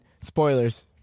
spoilers